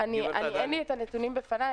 אין לי את הנתונים בפניי.